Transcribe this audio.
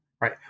right